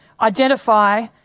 identify